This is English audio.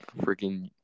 freaking